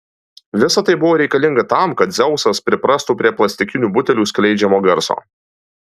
visa tai buvo reikalinga tam kad dzeusas priprastų prie plastikinių butelių skleidžiamo garso